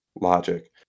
logic